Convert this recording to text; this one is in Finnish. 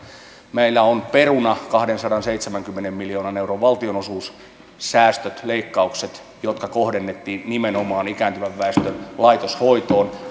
meillä on peruna kahdensadanseitsemänkymmenen miljoonan euron valtionosuussäästöt leikkaukset jotka kohdennettiin nimenomaan ikääntyvän väestön laitoshoitoon